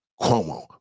Cuomo